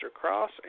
Cross